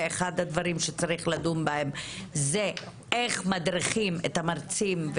ואחד הדברים שצריך לדון בהם הוא איך מדריכים את המרצים,